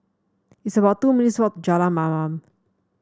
it's about two minutes' walk Jalan Mamam